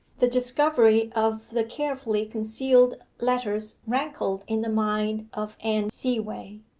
the discovery of the carefully-concealed letters rankled in the mind of anne seaway.